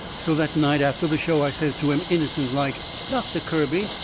so that night after the show i says to him, innocent-like doctor kirby,